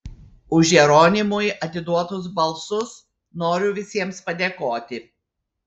už jeronimui atiduotus balsus noriu visiems padėkoti